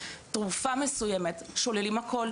תרופה מסוימת שוללים הכל,